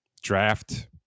draft